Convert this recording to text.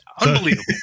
Unbelievable